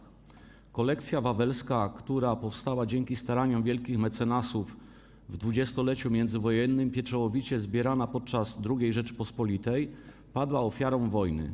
Kolekcja wawelska, która powstała dzięki staraniom wielkich mecenasów w 20-leciu międzywojennym, pieczołowicie zbierana w okresie II Rzeczypospolitej, padła ofiarą wojny.